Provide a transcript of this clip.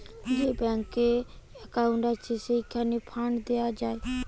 যে ব্যাংকে একউন্ট আছে, সেইখানে ফান্ড দেওয়া যায়